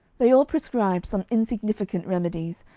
they all prescribed some insignificant remedies,